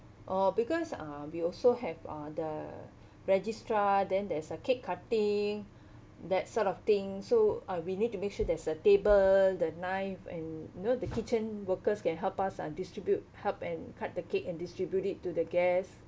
oh because uh we also have uh the registrar then there's a cake cutting that sort of thing so uh we need to make sure there's a table the knife and you know the kitchen workers can help us uh distribute help and cut the cake and distribute it to the guest